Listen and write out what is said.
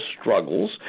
struggles